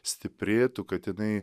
stiprėtų kad jinai